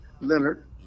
Leonard